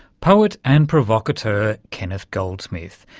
poet and provocateur kenneth goldsmith.